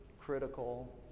critical